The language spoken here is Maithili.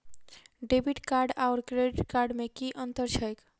डेबिट कार्ड आओर क्रेडिट कार्ड मे की अन्तर छैक?